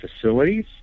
facilities